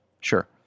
Sure